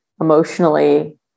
emotionally